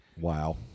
Wow